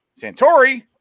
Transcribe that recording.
Santori